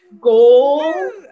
goal